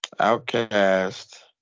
Outcast